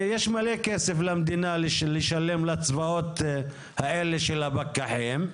יש מלא כסף למדינה לשלם לצבאות האלה של הפקחים,